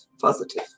positive